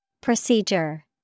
Procedure